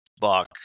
buck